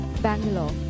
Bangalore